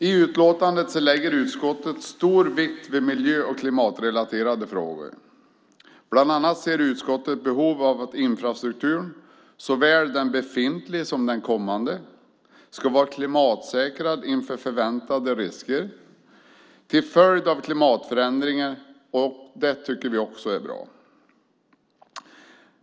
I utlåtandet lägger utskottet stor vikt vid miljö och klimatrelaterade frågor. Bland annat ser utskottet ett behov av att infrastrukturen, såväl befintlig som kommande, är klimatsäkrad inför väntade risker till följd av klimatförändringarna. Det tycker vi också är bra.